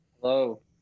hello